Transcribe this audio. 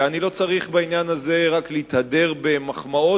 ואני לא צריך בעניין הזה רק להתהדר במחמאות,